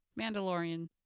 Mandalorian